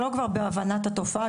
אנחנו לא בשלב של הבנת התופעה,